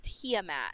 Tiamat